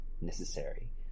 Necessary